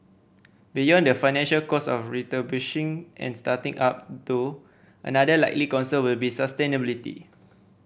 beyond the financial cost of refurbishing and starting up though another likely concern will be sustainability